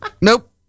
Nope